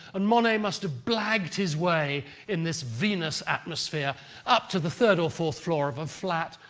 and monet must've blagged his way in this venus atmosphere up to the third or fourth floor of a flat,